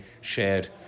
shared